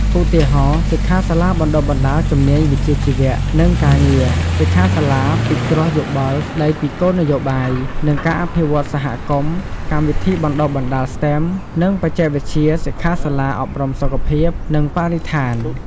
ឧទាហរណ៍សិក្ខាសាលាបណ្តុះបណ្តាលជំនាញវិជ្ជាជីវៈ និងការងារ សិក្ខាសាលាពិគ្រោះយោបល់ស្តីពីគោលនយោបាយ និងការអភិវឌ្ឍសហគមន៍ កម្មវិធីបណ្តុះបណ្តាល STEM និងបច្ចេកវិទ្យា សិក្ខាសាលាអប់រំសុខភាព និងបរិស្ថាន។